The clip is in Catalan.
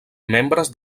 membres